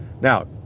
Now